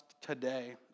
today